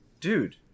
dude